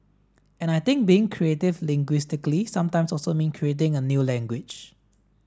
and I think being creative linguistically sometimes also mean creating a new language